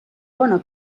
bona